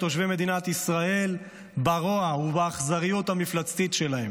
תושבי מדינת ישראל ברוע ובאכזריות המפלצתית שלה,